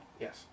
yes